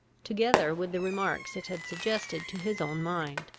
together with the remarks it had suggested to his own mind.